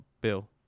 Bill